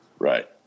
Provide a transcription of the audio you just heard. Right